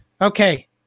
Okay